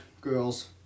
girls